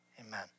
amen